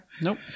nope